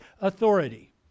authority